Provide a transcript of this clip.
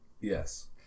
Yes